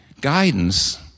Guidance